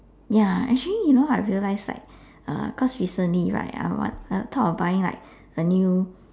ya actually you know I realised like uh cause recently right I want I thought of buying like a new